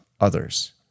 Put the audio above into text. others